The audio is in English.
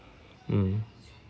mm